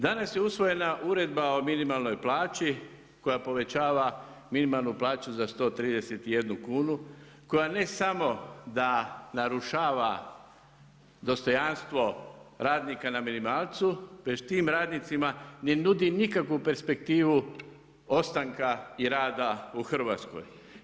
Danas je usvojena uredba o minimalnoj plaći koja poveća minimalnu plaću za 131 kunu, koja ne samo da narušava dostojanstvo radnika na minimalcu već tim radnicima ne nudi nikakvu perspektivu ostanka i rada u Hrvatskoj.